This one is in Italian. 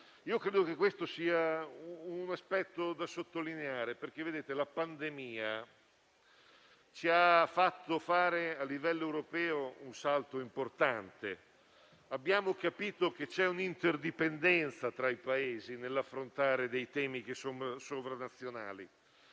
Credo che questo sia un aspetto da sottolineare. Colleghi, la pandemia ci ha fatto fare - a livello europeo - un salto importante: abbiamo capito che c'è un'interdipendenza tra i Paesi nell'affrontare temi sovranazionali,